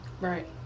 Right